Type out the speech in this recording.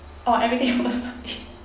uh everything also eat